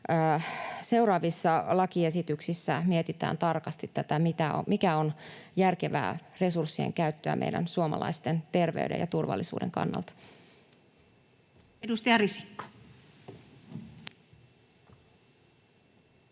seuraavissa lakiesityksissä mietitään tarkasti tätä, mikä on järkevää resurssien käyttöä meidän suomalaisten terveyden ja turvallisuuden kannalta.